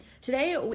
today